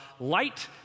light